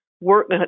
work